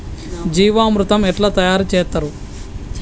జీవామృతం ఎట్లా తయారు చేత్తరు?